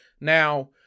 Now